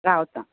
रावतां